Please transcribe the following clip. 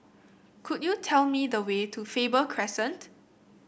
could you tell me the way to Faber Crescent